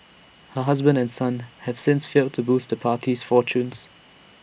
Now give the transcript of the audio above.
her husband and son have since failed to boost the party's fortunes